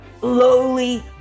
lowly